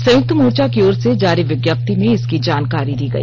संयुक्त मोर्चा की ओर से जारी विज्ञप्ति में इसकी जानकारी दी गई